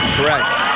Correct